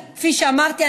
כי כפי שאמרתי,